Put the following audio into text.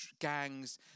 gangs